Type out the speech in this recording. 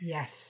Yes